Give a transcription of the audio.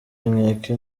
inkeke